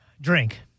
Drink